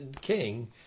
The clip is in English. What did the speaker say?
king